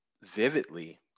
vividly